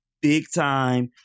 big-time